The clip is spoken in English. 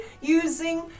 using